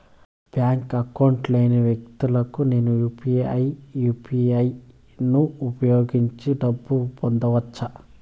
Bank account లేని వ్యక్తులకు నేను యు పి ఐ యు.పి.ఐ ను ఉపయోగించి డబ్బు పంపొచ్చా?